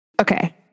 Okay